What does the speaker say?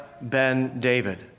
Ben-David